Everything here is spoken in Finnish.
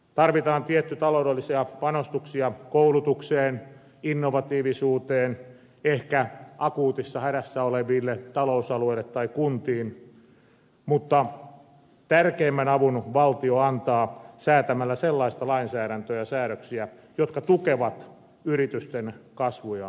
tarvitaan tietty taloudellisia panostuksia koulutukseen innovatiivisuuteen ehkä akuutissa hädässä oleville talousalueille tai kuntiin mutta tärkeimmän avun valtio antaa säätämällä sellaista lainsäädäntöä ja sellaisia säädöksiä jotka tukevat yritysten kasvu ja työllistämishaluja